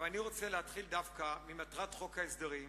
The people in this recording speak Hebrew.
אני רוצה להתחיל דווקא ממטרת חוק ההסדרים,